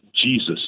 Jesus